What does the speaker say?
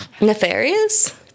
nefarious